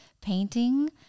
painting